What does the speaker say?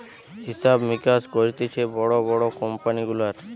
হিসাব মিকাস করতিছে বড় বড় কোম্পানি গুলার